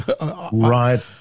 right